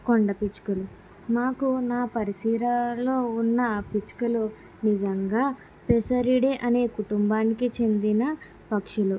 కొండ పిచ్చుకలు మాకు నా పరిసరాల్లో ఉన్న పిచ్చుకలు నిజంగా పెసరిడే కుటుంబానికి చెందిన పక్షులు